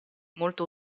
molto